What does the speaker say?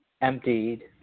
emptied